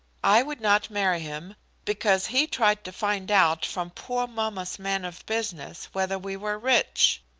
i would not marry him because he tried to find out from poor mamma's man of business whether we were rich.